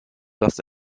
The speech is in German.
das